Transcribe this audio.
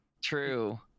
True